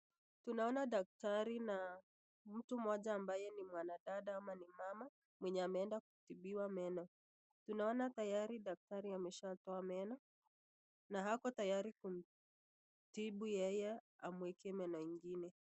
Tunaona daktari na mtu mmoja ambaye ni mwanadada au ni mama mwenye ameenda kutibiwa meno. Tunaona tayari daktari ameshatoa meno na ako tayari kumtibu yeye amweke meno ingine.